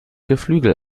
geflügel